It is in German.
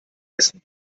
essen